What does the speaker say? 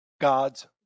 God's